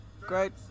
Great